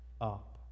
up